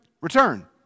return